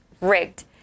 rigged